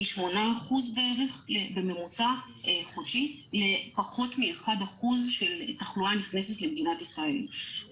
מ-8% בממוצע חודשי לפחות מ-1% של תחלואה נכנסת למדינת ישראל.